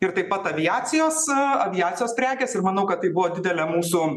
ir taip pat aviacijos aviacijos prekės ir manau kad tai buvo didelė mūsų